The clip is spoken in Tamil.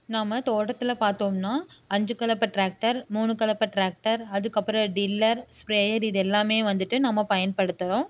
நாம் தோட்டத்தில் பார்த்தோம்னா அஞ்சு கலப்பை டிராக்டர் மூணு கலப்பை டிராக்டர் அதுக்கப்புறம் டில்லர் ஸ்பிரேயர் இது எல்லாமே வந்துட்டு நம்ம பயன்படுத்துகிறோம்